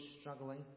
struggling